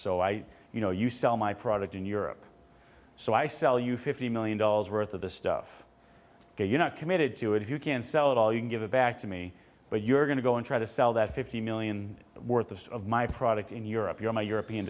so i you know you sell my product in europe so i sell you fifty million dollars worth of the stuff you're not committed to it if you can sell it all you give it back to me but you're going to go and try to sell that fifty million worth of of my product in europe you're my european